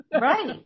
right